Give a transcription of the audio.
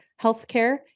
healthcare